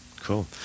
cool